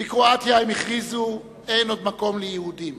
בקרואטיה, הם הכריזו, אין עוד מקום ליהודים.